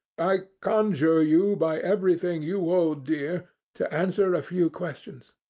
i conjure you by everything you hold dear to answer a few questions.